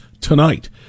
tonight